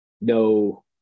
no